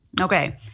Okay